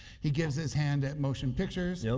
he gives his hand at motion pictures.